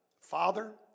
Father